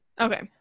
Okay